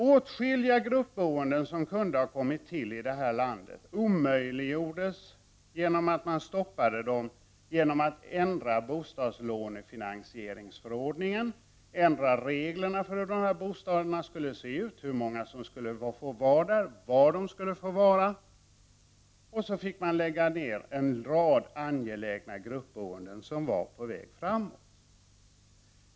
Åtskilliga gruppboenden som kunde ha kommit till i detta land har man stoppat genom att ändra bostadslånefinansieringsförordningen och genom att ändra reglerna för hur bostäderna skulle se ut, hur många som skulle få bo där, var de skulle få vara. Så fick man lägga ned en rad angelägna gruppboenden som var på väg.